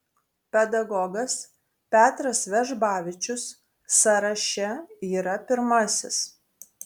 pedagogas petras vežbavičius sąraše yra pirmasis